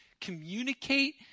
communicate